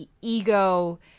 ego